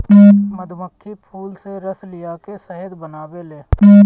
मधुमक्खी फूल से रस लिया के शहद बनावेले